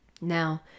now